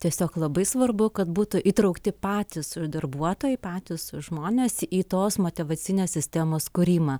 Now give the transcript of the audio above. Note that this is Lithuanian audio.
tiesiog labai svarbu kad būtų įtraukti patys darbuotojai patys žmonės į tos motyvacinės sistemos kūrimą